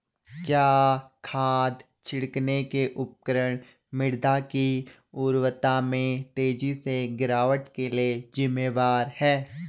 क्या खाद छिड़कने के उपकरण मृदा की उर्वरता में तेजी से गिरावट के लिए जिम्मेवार हैं?